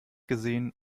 gesehen